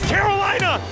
Carolina